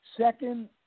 Second